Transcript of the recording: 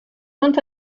quant